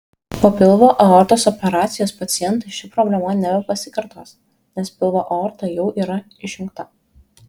po pilvo aortos operacijos pacientui ši problema nebepasikartos nes pilvo aorta jau yra išjungta